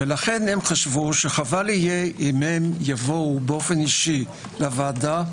לכן הם חשבו שחבל יהיה אם יבואו אישית לוועדה,